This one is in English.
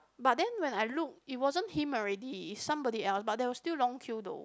but then when I look it wasn't him already is somebody else but there was still long queue though